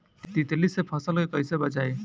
तितली से फसल के कइसे बचाई?